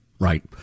Right